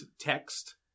text